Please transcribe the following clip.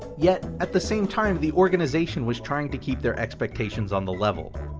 yet at the same time the organization was trying to keep their expectations on the level.